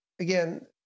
again